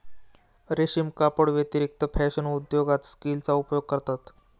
रेशीम कपड्यांव्यतिरिक्त फॅशन उद्योगात सिल्कचा उपयोग करतात